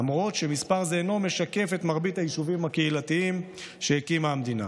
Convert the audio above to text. למרות שמספר זה אינו משקף את מרבית היישובים הקהילתיים שהקימה המדינה.